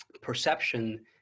perception